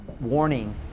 warning